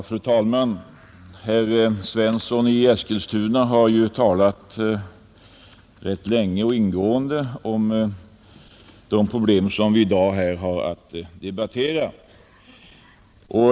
Fru talman! Herr Svensson i Eskilstuna har talat rätt länge och ingående om de problem vi i dag har att debattera.